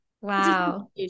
Wow